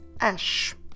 ash